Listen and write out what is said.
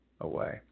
away